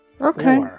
Okay